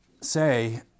say